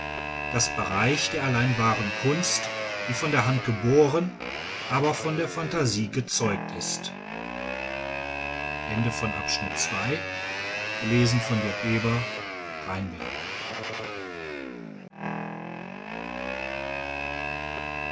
das bereich der allein wahren kunst die von der hand geboren aber von der phantasie gezeugt ist